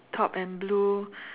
top and blue